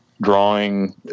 drawing